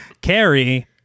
Carrie